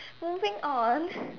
moving on